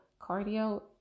cardio